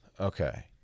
Okay